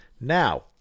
Now